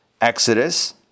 Exodus